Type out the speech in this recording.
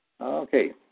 Okay